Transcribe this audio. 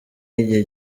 y’igihe